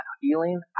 healing